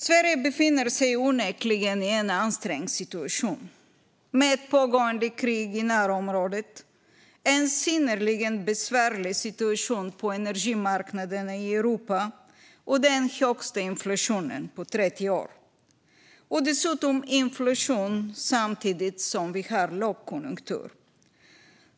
Sverige befinner sig onekligen i en ansträngd situation med ett pågående krig i närområdet, en synnerligen besvärlig situation på energimarknaderna i Europa och den högsta inflationen på 30 år. Dessutom har vi inflation samtidigt som vi har lågkonjunktur.